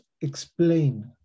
explain